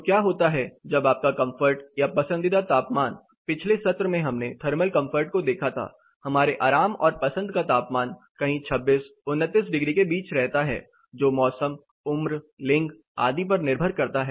तो क्या होता है जब आपका कंफर्ट या पसंदीदा तापमान पिछले सत्र में हमने थर्मल कंफर्ट को देखा था हमारे आराम और पसंद का तापमान कहीं 26 29 डिग्री के बीच रहता है जो मौसम उम्र लिंग आदि पर निर्भर करता है